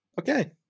Okay